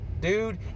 dude